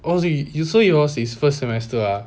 oh wait so you were in first semester ah